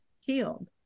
healed